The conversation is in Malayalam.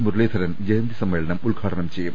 മുരളീധരൻ ജയന്തി സമ്മേ ളനം ഉദ്ഘാടനം ചെയ്യും